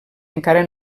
encara